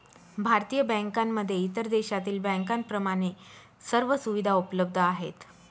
भारतीय बँकांमध्ये इतर देशातील बँकांप्रमाणे सर्व सुविधा उपलब्ध आहेत